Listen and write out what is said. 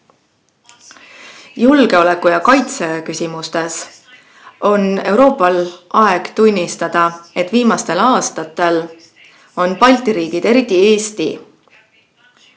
Julgeoleku- ja kaitseküsimustes on Euroopal aeg tunnistada, et viimastel aastatel on Balti riigid, eriti Eesti,